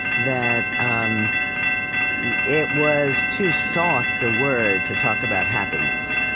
that um yeah it was too soft a word to talk about happiness,